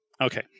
Okay